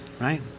right